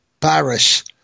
Paris